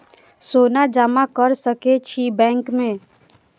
सोना जमा कर सके छी बैंक में?